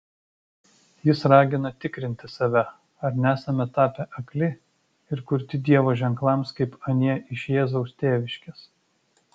jis ragina tikrinti save ar nesame tapę akli ir kurti dievo ženklams kaip anie iš jėzaus tėviškės